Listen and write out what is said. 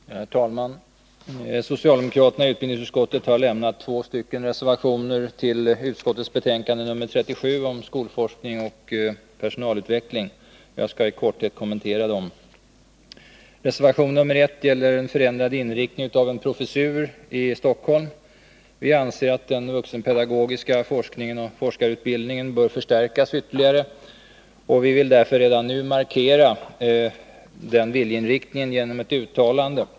Herr talman! Socialdemokraterna i utbildningsutskottet har lämnat två reservationer till utskottets betänkande 37 om skolforskning och personalutveckling. Jag skall i korthet kommentera dem. Reservation 1 gäller förändrad inriktning av en professur i Stockholm. Vi anser att den vuxenpedagogiska forskningen och forskarutbildningen bör förstärkas ytterligare. Vi vill därför redan nu markera den viljeinriktningen genom ett uttalande.